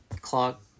clock